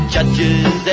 Judges